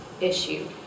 issue